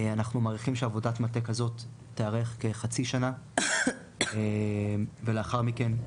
אנחנו מעריכים שעבודת מטה כזה תארך כחצי שנה ולאחר מכן,